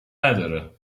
نداره